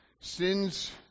sins